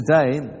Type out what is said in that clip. today